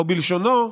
או בלשונו: